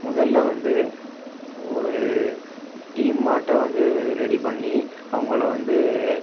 முதலில் வந்து ஒரு டீம் மாட்டம் வந்து ரெடி பண்ணி அவங்கள வந்து